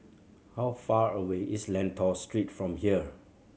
how far away is Lentor Street from here